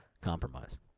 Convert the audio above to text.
compromise